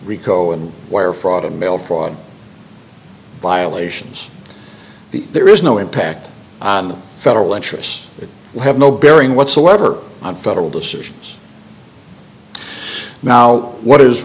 rico and wire fraud and mail fraud violations the there is no impact on the federal interests that have no bearing whatsoever on federal decisions now what is